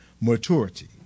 maturity